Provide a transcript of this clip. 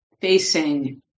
facing